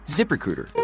ZipRecruiter